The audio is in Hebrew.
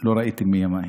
לא ראיתי מימיי.